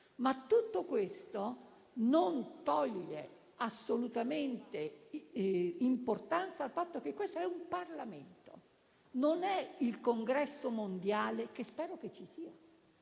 Tutto questo non toglie assolutamente importanza al fatto che questo è un Parlamento, non il congresso mondiale (che spero ci sia)